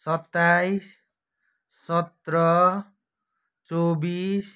सत्ताइस सत्र चौबिस